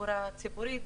בתחבורה הציבורית,